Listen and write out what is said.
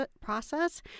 process